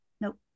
nope